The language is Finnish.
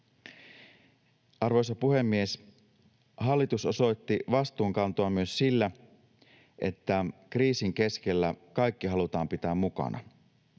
Arvoisa puhemies! Hallitus osoitti vastuunkantoa myös sillä, että kriisin keskellä kaikki halutaan pitää mukana.